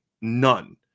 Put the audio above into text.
None